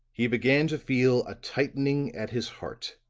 he began to feel a tightening at his heart